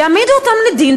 יעמידו אותם לדין,